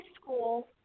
school